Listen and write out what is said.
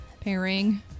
pairing